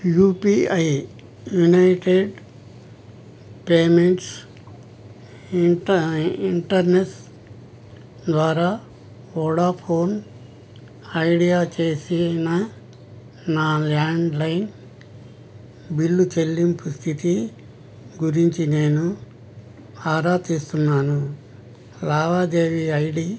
UPI unified payments ఇంటా interface ద్వారా Vodafone Idea చేసిన నా ల్యాండ్లైన్ బిల్లు చెల్లింపు స్థితి గురించి నేను ఆరా తీస్తున్నాను లావాదేవీ ఐడీ